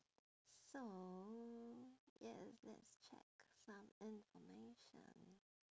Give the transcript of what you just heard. so yes let's check some information